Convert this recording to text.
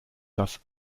das